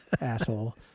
Asshole